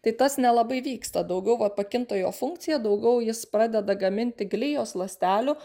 tai tas nelabai vyksta daugiau va pakinta jo funkcija daugiau jis pradeda gaminti glijos ląstelių